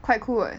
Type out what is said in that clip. quite cool [what]